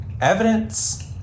evidence